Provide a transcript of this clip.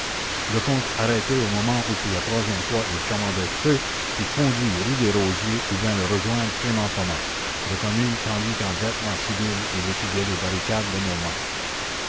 lecomte arrêté au moment où pour la troisième fois il commandait feu fut conduit rue des rosiers où vint le rejoindre clément thomas reconnu tandis qu'en vêtements civils il étudiait les barricades de montmartre